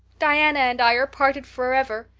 diana and i are parted forever.